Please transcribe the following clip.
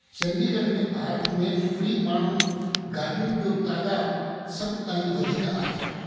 चण्डीगढ़ में भारत में फ्री माण्हू गाॾियुनि जो तइदादु सभु ताईं वधीक आहे